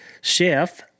Chef